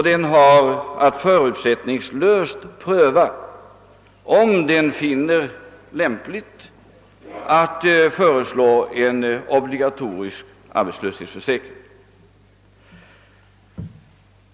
Den har att förutsättningslöst pröva, om den finner lämpligt att föreslå en obligatorisk arbetslöshetsförsäkring.